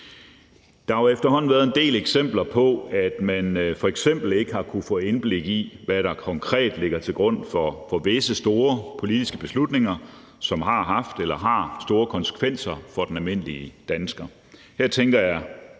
Der har jo efterhånden været en del eksempler på, at man f.eks. ikke har kunnet få indblik i, hvad der konkret ligger til grund for visse store politiske beslutninger, som har haft eller har store konsekvenser for den almindelige dansker.